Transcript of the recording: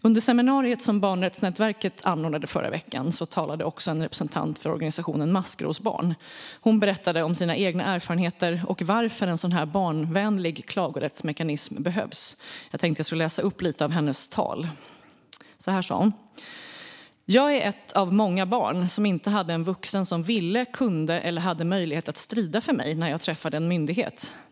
Under seminariet som barnrättsnätverket anordnade förra veckan talade också en representant för organisationen Maskrosbarn. Hon berättade om sina egna erfarenheter och om varför en barnvänlig klagorättsmekanism behövs. Jag tänkte att jag skulle återge en del av hennes tal. Hon berättade: Jag är ett av många barn som inte hade en vuxen som ville, kunde eller hade möjlighet att strida för mig när jag träffade en myndighet.